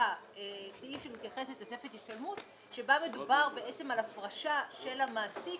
החקיקה סעיף שמתייחס לתוספת השתלמות ובו מדובר בעצם על הפרשה של המעסיק